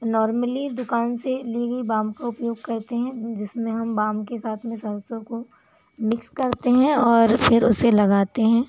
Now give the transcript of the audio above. normally दुकान से ली गई बाम का उपयोग करते हैं जिसमें हम बाम के साथ में सरसों को मिक्स करते हैं और फिर उसे लगाते हैं